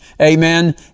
Amen